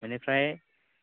बेनिफ्राय